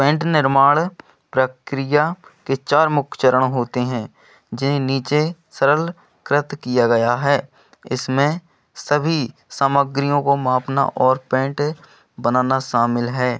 paint निर्माण प्रक्रिया के चार मुख्य चरण होते हैं जिन्हें नीचे सरलीकृत किया गया है इसमें सभी सामग्रियों को मापना और पैंट बनाना शामिल है